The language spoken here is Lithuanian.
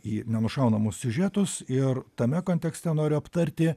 į nenušaunamus siužetus ir tame kontekste noriu aptarti